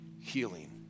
healing